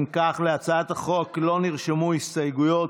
אם כך, להצעת החוק לא נרשמו הסתייגויות.